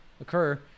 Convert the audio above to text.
Occur